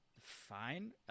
fine